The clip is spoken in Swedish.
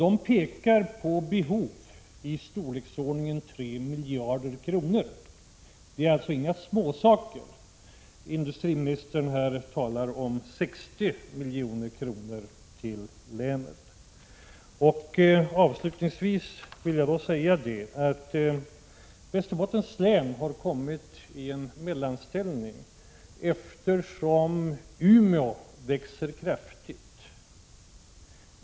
De pekar på behovi storleksordningen 3 miljarder kronor. Det är alltså inga småsaker. Och industriministern talar här om 60 milj.kr. till länet! Avslutningsvis vill jag säga att Västerbottens län har kommit i en mellanställning, eftersom Umeå växer kraftigt.